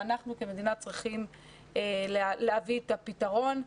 ואנחנו כמדינה צריכים להביא את הפתרון.